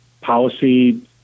policy